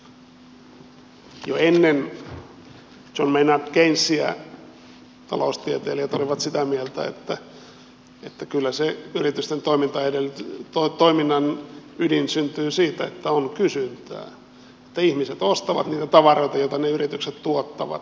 jo ennen john maynard keynesiä taloustieteilijät olivat sitä mieltä että kyllä se yritysten toiminnan ydin syntyy siitä että on kysyntää että ihmiset ostavat niitä tavaroita joita ne yritykset tuottavat